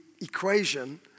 equation